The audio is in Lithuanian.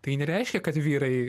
tai nereiškia kad vyrai